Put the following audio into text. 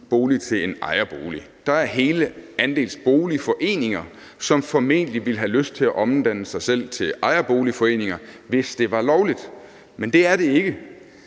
bolig til en ejerbolig. Der er hele andelsboligforeninger, som formentlig ville have lyst til at omdanne sig selv til ejerboligforeninger, hvis det var lovligt, men det er det ikke.